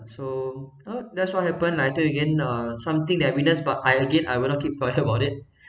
so uh that's what happened like I tell you again uh something that I witnessed but I again I will not keep quiet about it